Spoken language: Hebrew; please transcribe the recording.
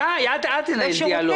שי, אל תנהל דיאלוג.